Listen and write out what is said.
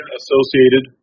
associated